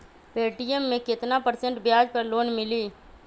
Paytm मे केतना percent ब्याज पर लोन मिली?